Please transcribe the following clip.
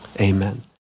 amen